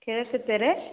கிழக்குத்தெரு